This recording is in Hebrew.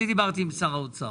כשדיברתי עם שר האוצר